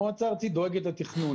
המועצה הארצית דואגת לתכנון,